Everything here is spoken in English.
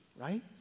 right